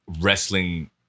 wrestling